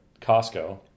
Costco